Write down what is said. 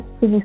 please